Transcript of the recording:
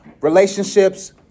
relationships